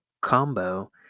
combo